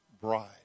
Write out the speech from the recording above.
bride